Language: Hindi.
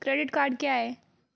क्रेडिट कार्ड क्या है?